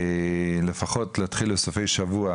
לפחות להתחיל בסופי שבוע